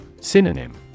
Synonym